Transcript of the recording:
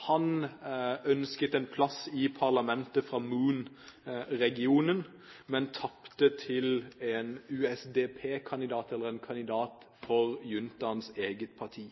Han ønsket en plass i parlamentet for Mon-regionen, men tapte for en USDP-kandidat, en kandidat for juntaens eget parti.